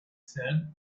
said